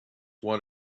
want